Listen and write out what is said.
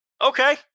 Okay